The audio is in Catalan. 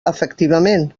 efectivament